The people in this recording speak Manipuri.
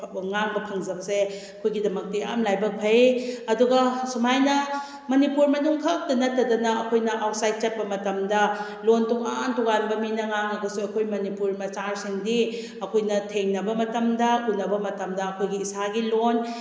ꯉꯥꯡꯕ ꯐꯪꯖꯕꯁꯦ ꯑꯩꯈꯣꯏꯒꯤꯗꯃꯛꯇꯤ ꯌꯥꯝꯅ ꯂꯥꯏꯕꯛ ꯐꯩ ꯑꯗꯨꯒ ꯁꯨꯃꯥꯏꯅ ꯃꯅꯤꯄꯨꯔ ꯃꯅꯨꯡꯈꯛꯇ ꯅꯠꯇꯗꯅ ꯑꯩꯈꯣꯏꯅ ꯑꯥꯎꯠꯁꯥꯏꯠ ꯆꯠꯄ ꯃꯇꯝꯗ ꯂꯣꯟ ꯇꯣꯉꯥꯟ ꯇꯣꯉꯥꯟꯕ ꯃꯤꯅ ꯉꯥꯡꯉꯒꯁꯨ ꯑꯩꯈꯣꯏ ꯃꯅꯤꯄꯨꯔ ꯃꯆꯥꯁꯤꯡꯗꯤ ꯑꯩꯈꯣꯏꯅ ꯊꯦꯡꯅꯕ ꯃꯇꯝꯗ ꯎꯅꯕ ꯃꯇꯝꯗ ꯑꯩꯈꯣꯏꯒꯤ ꯏꯁꯥꯒꯤ ꯂꯣꯟ